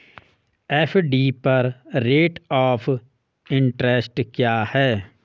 FD पर rate of interest क्या है?